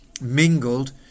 mingled